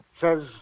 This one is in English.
says